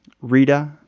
Rita